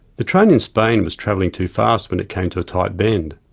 the train in spain was travelling too fast when it came to a tight bend.